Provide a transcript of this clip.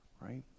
right